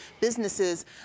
businesses